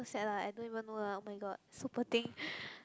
sad lah I don't even know lah oh-my-god so poor thing